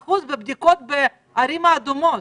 30% בבדיקות בערים האדומות.